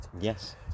yes